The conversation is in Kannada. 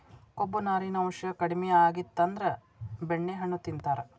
ಕೊಬ್ಬು, ನಾರಿನಾಂಶಾ ಕಡಿಮಿ ಆಗಿತ್ತಂದ್ರ ಬೆಣ್ಣೆಹಣ್ಣು ತಿಂತಾರ